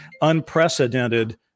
unprecedented